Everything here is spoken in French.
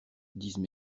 disent